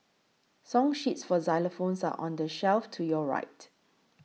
song sheets for xylophones are on the shelf to your right